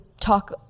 talk